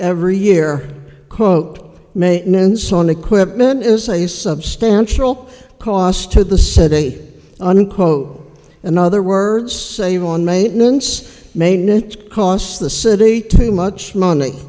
every year quote maintenance on equipment is a substantial cost to the city unquote in other words save on maintenance may no costs the city too much money